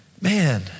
Man